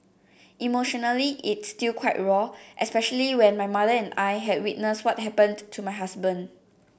emotionally it's still quite raw especially when my mother and I had witnessed what happened to my husband